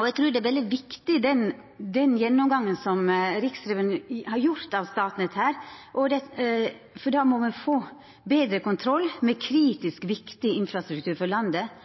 Eg trur den gjennomgangen som Riksrevisjonen her har gjort av Statnett, er veldig viktig, for me må få betre kontroll med kritisk viktig infrastruktur for landet